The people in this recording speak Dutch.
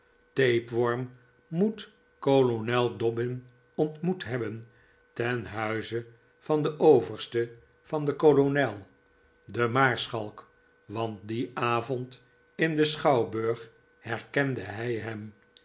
tapeworm moet kolonel dobbin ontmoet hebben ten huize van den overste van den kolonel den maarschalk want dien avond in den schouwburg herkende hij hem